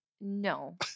No